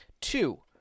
Two